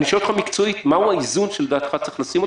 אני שואל אותך מקצועית מהו האיזון שלדעתך צריך לשים,